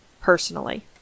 Personally